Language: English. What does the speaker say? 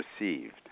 received